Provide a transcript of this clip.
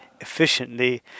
efficiently